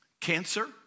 cancer